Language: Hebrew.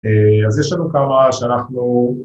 ‫אז יש לנו כמה שאנחנו...